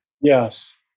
Yes